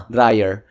Dryer